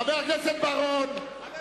חבר הכנסת בר-און.